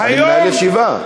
אני מנהל ישיבה.